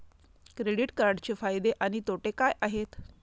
Credit कार्डचे फायदे आणि तोटे काय आहेत?